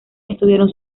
estuvieron